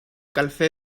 calcé